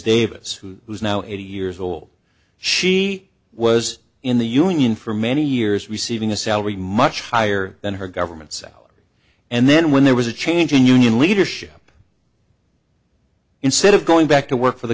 davis who is now eighty years old she was in the union for many years receiving a salary much higher than her government salary and then when there was a change in union leadership instead of going back to work for the